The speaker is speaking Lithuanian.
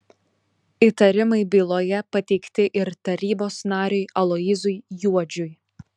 įtarimai byloje pateikti ir tarybos nariui aloyzui juodžiui